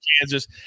Kansas